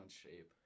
shape